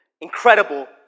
Incredible